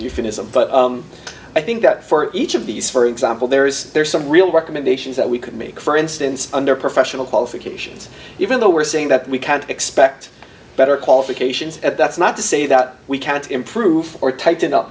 euphemism but i think that for each of these for example there is there's some real recommendations that we could make for instance under professional qualifications even though we're saying that we can't expect better qualifications at that's not to say that we can't improve or tighten up